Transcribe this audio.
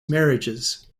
marriages